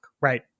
right